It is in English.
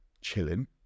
chilling